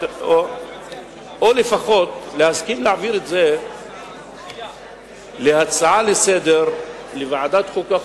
או לפחות יסכים להעביר את זה כהצעה לסדר-היום לוועדת החוקה,